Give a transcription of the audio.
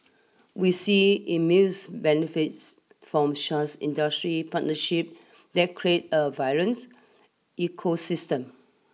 we see immense benefits from such industry partnership that create a vibrant ecosystem